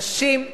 נשים,